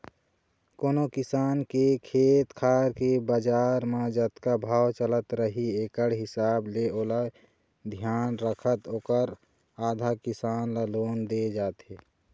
कोनो किसान के खेत खार के बजार म जतका भाव चलत रही एकड़ हिसाब ले ओला धियान रखत ओखर आधा, किसान ल लोन दे जाथे